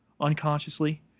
unconsciously